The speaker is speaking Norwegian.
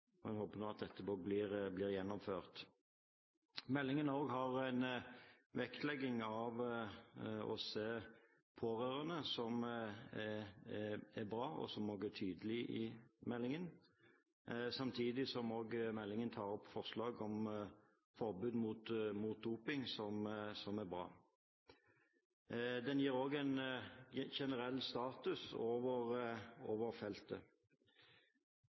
meldingen. Jeg håper nå at dette blir gjennomført. Meldingen har også en vektlegging av det å se pårørende, som er bra, og som er tydelig i meldingen. Samtidig tar meldingen opp forslag om forbud mot doping. Det er bra. Meldingen gir også en generell status over feltet.